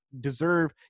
deserve